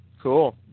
Cool